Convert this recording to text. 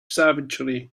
savagery